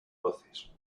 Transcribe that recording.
voces